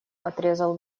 отрезал